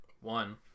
One